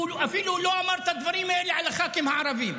הוא אפילו לא אמר את הדברים האלה על הח"כים הערבים,